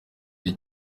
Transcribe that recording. gihe